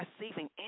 receiving